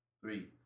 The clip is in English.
Three